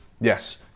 Yes